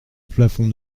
plafond